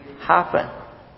happen